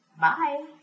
Bye